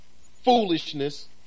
foolishness